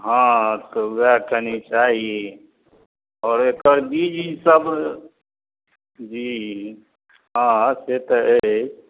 हाँ तऽ ओहए कनी चाही आओर एकर बीज वीज सब जी हाँ से तऽ अइ